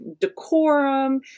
decorum